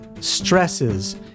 Stresses